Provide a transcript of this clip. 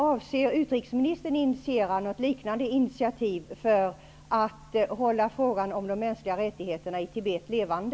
Avser utrikesministern att ta något liknande initiativ för att hålla frågan om de mänskliga rättigheterna i Tibet levande?